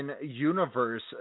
Universe